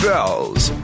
Bell's